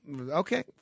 okay